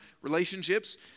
relationships